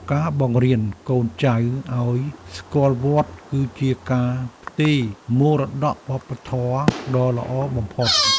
ការបង្រៀនកូនចៅឱ្យស្គាល់វត្ត គឺជាការផ្ទេរមរតកវប្បធម៌ដ៏ល្អបំផុត។